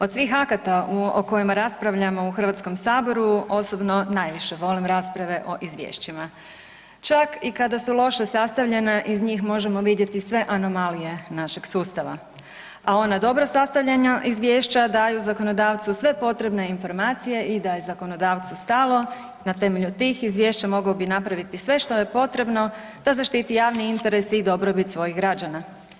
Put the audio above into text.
Od svih akata o kojima raspravljamo u HS-u osobno najviše volim rasprave o izvješćima, čak i kada su loše sastavljena iz njih možemo vidjeti sve anomalije našeg sustava, a ona dobro sastavljena izvješća daju zakonodavcu sve potrebne informacije i da je zakonodavcu stalo na temelju tih izvješća mogao bi napraviti sve što je potrebno da zaštiti javni interes i dobrobit svojih građana.